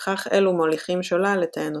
וכך אלו מוליכים שולל את האנושות.